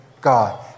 God